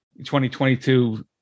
2022